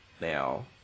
now